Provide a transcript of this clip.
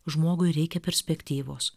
žmogui reikia perspektyvos